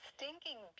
Stinking